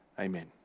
amen